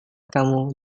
kamu